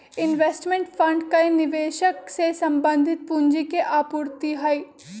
investment fund कई निवेशक से संबंधित पूंजी के आपूर्ति हई